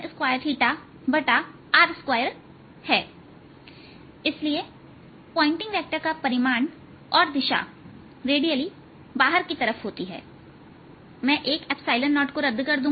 इसलिए Poynting vector का परिमाण और दिशा रेडियली बाहर की तरफ होती है मैं एक 0 को रद्द कर दूंगा